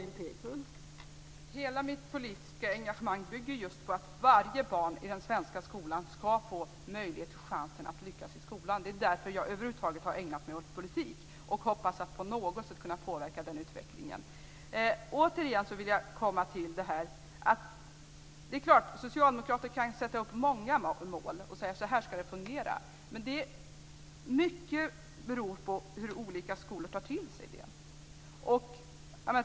Fru talman! Hela mitt politiska engagemang bygger just på att varje barn i den svenska skolan ska få en möjlighet och en chans att lyckas i skolan. Det är därför jag över huvud taget har ägnat mig åt politik. Jag hoppas att på något sätt kunna påverka denna utveckling. Socialdemokraterna kan förstås sätta upp många mål, och säga: Så här ska det fungera! Men återigen vill jag säga att detta i mycket beror på hur olika skolor tar till sig detta.